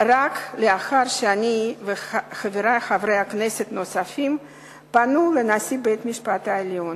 רק לאחר שאני וחברי כנסת נוספים פנינו לנשיא בית-המשפט העליון.